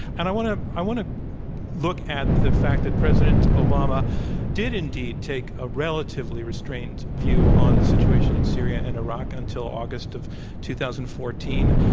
and i want to i want to look at the fact that president obama did indeed take a relatively restrained view on the situation in syria and iraq until august of two thousand and fourteen